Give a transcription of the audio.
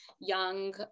young